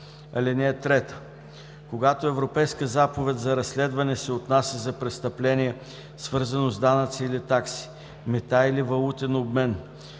(3) Когато Европейска заповед за разследване се отнася за престъпление, свързано с данъци или такси, мита или валутен обмен,